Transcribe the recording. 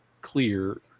clear